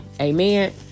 Amen